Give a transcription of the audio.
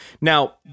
Now